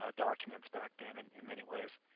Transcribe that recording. ah documents back then and in many ways,